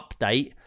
update